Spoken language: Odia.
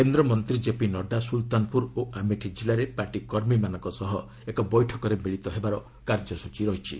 କେନ୍ଦ୍ରମନ୍ତ୍ରୀ ଜେପି ନଡ୍ରା ସ୍କୁଲତାନପୁର ଓ ଆମେଠି ଜିଲ୍ଲାରେ ପାର୍ଟି କର୍ମୀମାନଙ୍କ ସହ ଏକ ବୈଠକରେ ମିଳିତ ହେବାର କାର୍ଯ୍ୟସ୍ଟଚୀ ରହିଛି